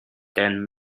then